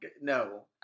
no